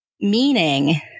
meaning